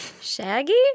Shaggy